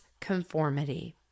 conformity